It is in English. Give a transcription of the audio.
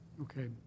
Okay